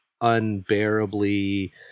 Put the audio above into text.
unbearably